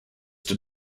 did